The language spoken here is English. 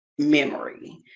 memory